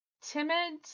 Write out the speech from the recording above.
timid